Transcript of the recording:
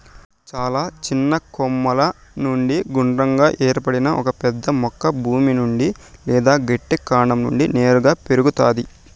చాలా చిన్న కొమ్మల నుండి గుండ్రంగా ఏర్పడిన ఒక పెద్ద మొక్క భూమి నుండి లేదా గట్టి కాండం నుండి నేరుగా పెరుగుతాది